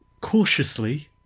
cautiously